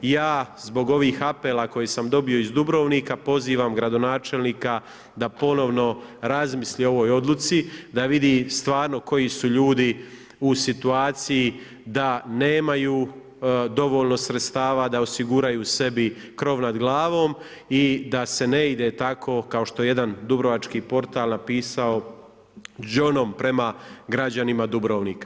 Ja zbog ovih apela koje sam dobio iz Dubrovnika pozivam gradonačelnika da ponovno razmisli o ovom odluci, da vidi stvarno koji su ljudi u situaciji da nemaju dovoljno sredstava da osiguraju sebi kroz nad glavom i da se ne ide tako kao što je jedan dubrovački portal napisao đonom prema građanima Dubrovnika.